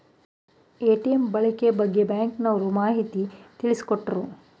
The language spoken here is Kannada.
ಎ.ಟಿ.ಎಂ ಬಳಕೆ ಬಗ್ಗೆ ಬ್ಯಾಂಕಿನವರು ಮಾಹಿತಿ ತಿಳಿಸಿಕೊಟ್ಟರು